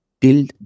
till